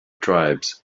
tribes